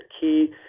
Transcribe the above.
key